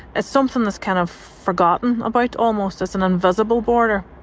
it's something that's kind of forgotten about, almost. it's an invisible border